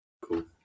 Cool